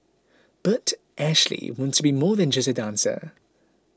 but Ashley wants to be more than just a dancer